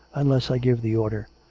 unless i give the order.